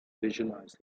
visualize